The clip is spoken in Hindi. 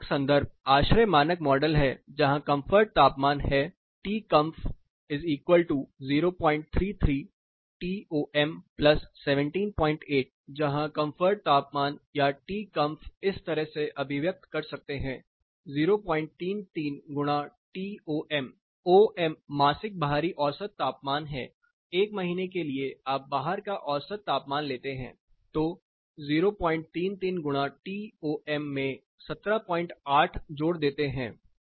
एक मानक संदर्भ आश्रय मानक मॉडल है जहां कंफर्ट का तापमान है Tcomf033∙Tom178 जहां कंफर्ट तापमान या Tcomf इस तरह से अभिव्यक्त कर सकते हैं 033 गुणा Tom om मासिक बाहरी औसत तापमान है 1 महीने के लिए आप बाहर का औसत तापमान लेते हैं 033 गुणा Tom में 178 जोड़ देते हैं